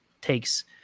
takes